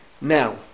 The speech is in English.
Now